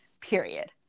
period